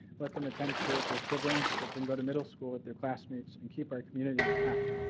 let them attend school with their siblings, so let them go to middle school with their classmates and keep our community intact.